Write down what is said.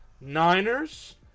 Niners